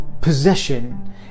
possession